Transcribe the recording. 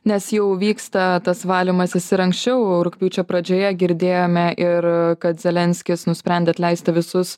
nes jau vyksta tas valymasis ir anksčiau rugpjūčio pradžioje girdėjome ir kad zelenskis nusprendė atleisti visus